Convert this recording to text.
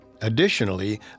Additionally